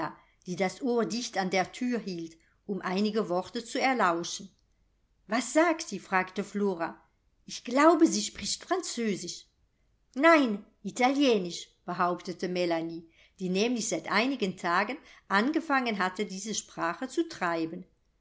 die das ohr dicht an der thür hielt um einige worte zu erlauschen was sagt sie fragte flora ich glaube sie spricht französisch nein italienisch behauptete melanie die nämlich seit einigen tagen angefangen hatte diese sprache zu treiben